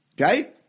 Okay